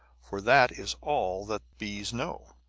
for that is all that bees know!